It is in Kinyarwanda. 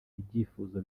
ibyifuzo